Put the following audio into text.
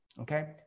Okay